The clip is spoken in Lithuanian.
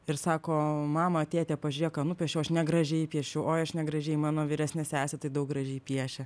ir sako mama tėte pažiūrėk ką nupiešiau aš negražiai piešiu oi aš negražiai mano vyresnė sesė tai daug gražiai piešia